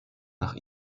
nach